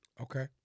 Okay